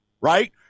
right